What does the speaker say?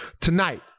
tonight